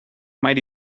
might